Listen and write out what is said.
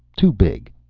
too big.